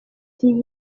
dit